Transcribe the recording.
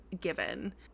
given